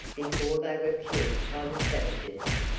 before they were killed by the savages,